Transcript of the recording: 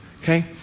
Okay